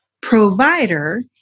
provider